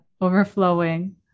overflowing